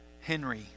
Henry